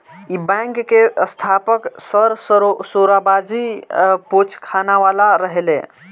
इ बैंक के स्थापक सर सोराबजी पोचखानावाला रहले